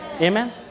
amen